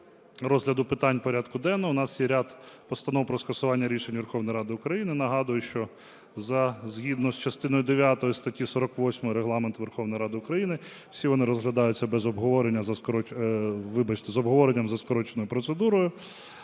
розгляду питань порядку денного. У нас є ряд постанов про скасування рішень Верховної Ради України. Нагадую, що згідно з частиною дев'ятої статті 48 Регламенту Верховної Ради України всі вони розглядаються без обговорення за скороченою...